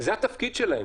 זה התפקיד שלהם.